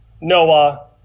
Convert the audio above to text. Noah